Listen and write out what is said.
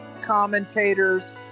commentators